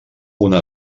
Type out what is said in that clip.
una